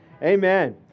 Amen